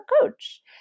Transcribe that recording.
coach